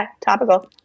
topical